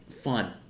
fun